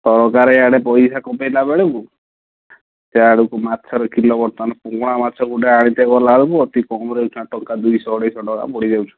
ସରକାରେ ଇଆଡ଼େ ପଇସା କମାଇଲା ବେଳକୁ ସିଆଡ଼କୁ ମାଛର କିଲୋ ବର୍ତ୍ତମାନ ପୋହଳା ମାଛ ଗୋଟେ ଆଣିତେ ଗଲା ବେଳକୁ ଅତିକମରେ ଟଙ୍କା ଦୁଇଶହ ଅଢ଼େଇଶହ ଟଙ୍କା ପଡ଼ି ଯାଉଛି